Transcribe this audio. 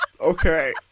Okay